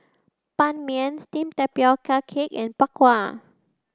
Ban Mian Steamed Tapioca Cake and Bak Kwa